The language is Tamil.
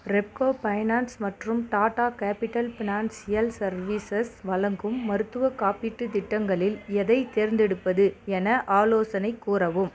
ரெப்கோ ஃபைனான்ஸ் மற்றும் டாட்டா கேபிட்டல் ஃபினான்ஷியல் சர்வீசஸ் வழங்கும் மருத்துவக் காப்பீட்டுத் திட்டங்களில் எதைத் தேர்ந்தெடுப்பது என ஆலோசனை கூறவும்